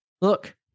look